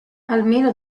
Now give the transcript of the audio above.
almeno